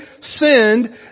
sinned